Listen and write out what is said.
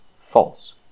false